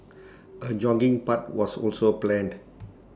A jogging path was also planned